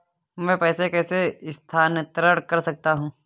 मैं पैसे कैसे स्थानांतरण कर सकता हूँ?